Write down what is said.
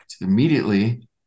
immediately